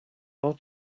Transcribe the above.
are